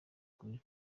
ukuri